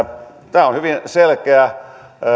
tämä on hyvin selkeä